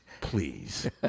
Please